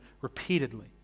repeatedly